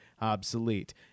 obsolete